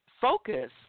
FOCUS